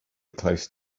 close